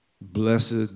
Blessed